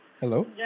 Hello